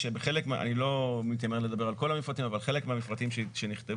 אני לא מתיימר לדבר על כל המפרטים אבל חלק מהמפרטים שנכתבו,